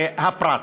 הפרט.